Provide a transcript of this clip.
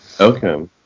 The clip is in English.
Okay